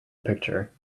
picture